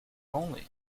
only